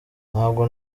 ntabwo